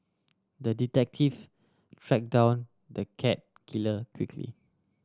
the detective track down the cat killer quickly